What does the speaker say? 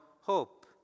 hope